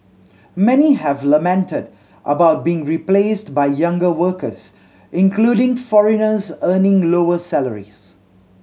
many have lamented about being replaced by younger workers including foreigners earning lower salaries